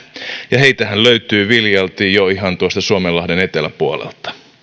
ja heitähän löytyy viljalti jo ihan tuosta suomenlahden eteläpuolelta